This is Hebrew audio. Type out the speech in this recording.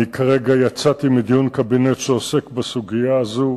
אני כרגע יצאתי מדיון קבינט שעוסק בסוגיה הזאת.